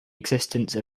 existence